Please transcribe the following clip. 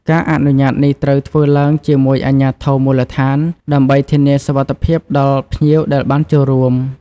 ការអនុញ្ញាតនេះត្រូវធ្វើឡើងជាមួយអាជ្ញាធរមូលដ្ឋាន ដើម្បីធានាសុវត្ថិភាពដល់ភ្ញៀវដែលបានចូលរួម។